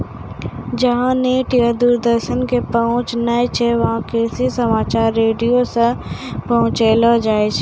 जहां नेट या दूरदर्शन के पहुंच नाय छै वहां कृषि समाचार रेडियो सॅ पहुंचैलो जाय छै